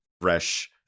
fresh